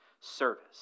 service